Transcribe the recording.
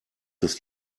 des